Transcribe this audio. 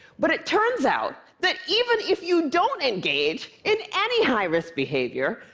but it turns out that even if you don't engage in any high-risk behavior,